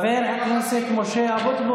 הטיפול בנושא הזה, או היקף הבעיה,